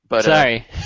Sorry